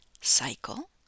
cycle